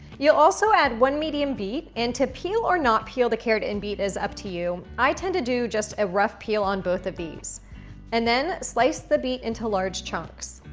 you'll also add one medium beet, and to peel or not peel the carrot and beet is up to you. i tend to do just a rough peel on both of these and then slice the beet into large chunks.